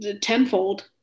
tenfold